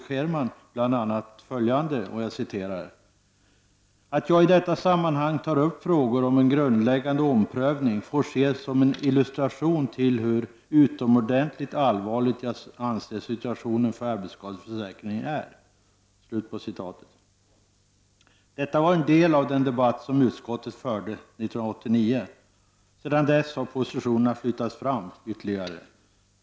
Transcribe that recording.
Scherman bl.a.: ”Att jag i detta sammanhang tar upp frågor om en grundläggande omprövning får ses som en illustration till hur utomordentligt allvarlig jag anser situationen för arbetsskadeförsäkringen är.” Detta var en del av den debatt som utskottet förde 1989. Sedan dess har positionerna flyttats fram ytterligare.